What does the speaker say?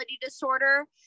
disorder